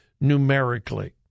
numerically